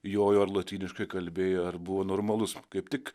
jojo ar lotyniškai kalbėjo ar buvo normalus kaip tik